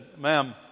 ma'am